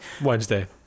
Wednesday